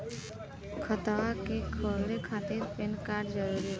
खतवा के खोले खातिर पेन कार्ड जरूरी बा?